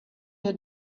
your